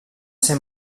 ser